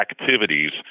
activities